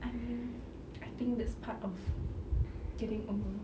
I mean I think that's part of getting over